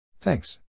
Thanks